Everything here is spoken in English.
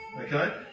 Okay